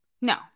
No